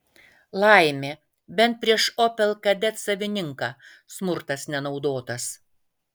laimė bent prieš opel kadet savininką smurtas nenaudotas